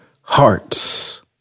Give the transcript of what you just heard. hearts